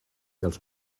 dels